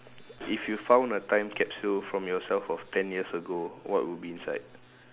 if you found a time capsule from yourself of ten years ago what would be inside